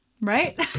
right